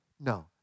No